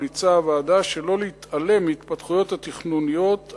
הוועדה ממליצה שלא להתעלם מההתפתחויות התכנוניות,